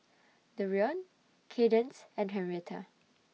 Dereon Kadence and Henretta